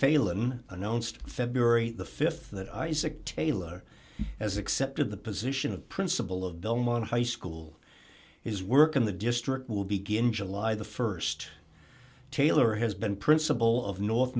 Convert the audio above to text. failon announced february th that isaac taylor as accepted the position of principal of belmont high school is work in the district will begin july the st taylor has been principal of north